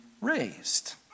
raised